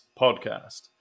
podcast